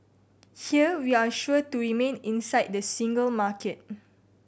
here we're sure to remain inside the single market